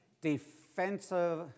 defensive